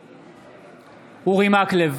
בעד אורי מקלב,